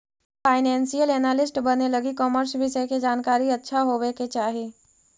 financial analyst बने लगी commerce विषय के जानकारी अच्छा होवे के चाही